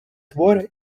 твори